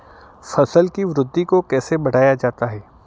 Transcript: फसल की वृद्धि को कैसे बढ़ाया जाता हैं?